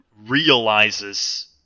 realizes